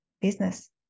business